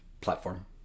platform